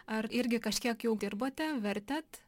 ar irgi kažkiek jau dirbote vertėt